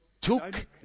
took